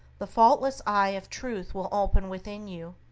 the faultless eye of truth will open within you,